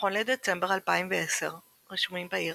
נכון לדצמבר 2010 רשומים בעיר